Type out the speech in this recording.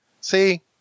see